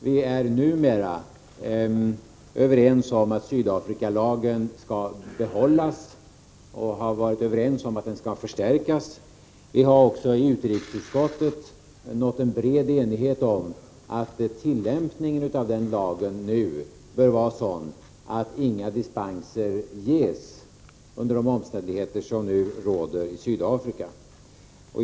Vi är numera överens om att Sydafrikalagen skall behållas och har varit överens om att den skall förstärkas. Vi har också i utrikesutskottet nått en bred enighet om att tillämpningen av den lagen nu bör vara sådan att inga dispenser ges under de omständigheter som råder i Sydafrika.